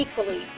equally